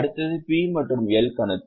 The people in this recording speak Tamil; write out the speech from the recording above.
அடுத்தது P மற்றும் L கணக்கு